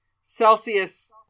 Celsius